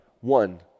one